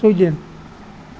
Sweden